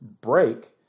Break